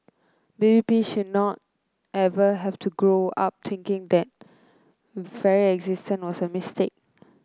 baby P should not ever have to grow up thinking that very existence was a mistake